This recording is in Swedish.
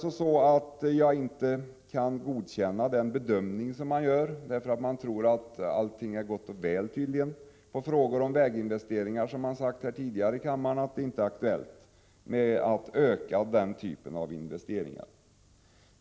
Jag kan inte godkänna bedömningen att allt skulle vara gott och väl. På frågor om väginvesteringar har man här i kammaren tidigare svarat att det inte är aktuellt att öka denna typ av investeringar.